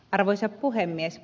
arvoisa puhemies